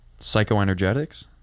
Psychoenergetics